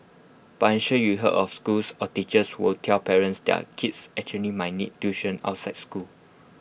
but I'm sure you heard of schools or teachers who will tell parents their kids actually might need tuition outside school